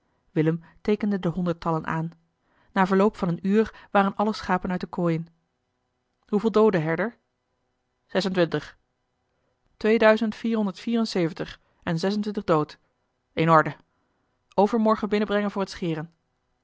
willem teekende de honderdtallen aan na verloop van een uur waren alle schapen uit de kooien hoeveel dooden herder zes en twintig tweeduizend vier honderd vierenzeventig en zesentwintig dood in orde overmorgen binnenbrengen voor het scheren